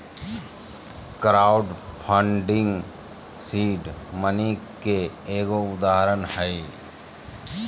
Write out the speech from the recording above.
crowd funding seed money के एगो उदाहरण हय